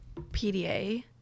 PDA